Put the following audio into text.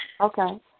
Okay